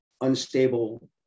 unstable